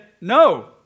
no